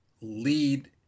lead